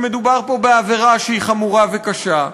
שמדובר פה בעבירה חמורה וקשה.